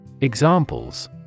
Examples